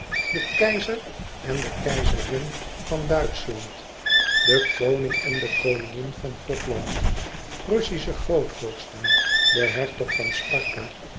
de keizer en de keizerin van duitschland de koning en de koningin van gothland russische grootvorsten de hertog van sparta